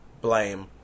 blame